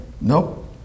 Nope